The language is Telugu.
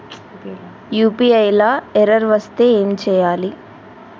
యూ.పీ.ఐ లా ఎర్రర్ వస్తే ఏం చేయాలి?